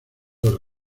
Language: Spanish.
los